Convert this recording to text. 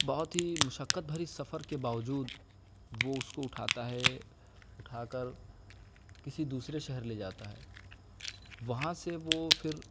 بہت ہی مشقت بھرے سفر کے باوجود وہ اس کو اٹھاتا ہے اٹھا کر کسی دوسرے شہر لے جاتا ہے وہاں سے وہ پھر